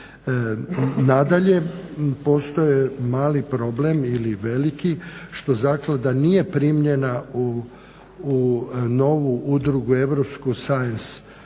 Nadalje, postoji mali problem, ili veliki što zaklada nije primljena u novu udrugu Europsku Seanse Europa,